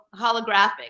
holographic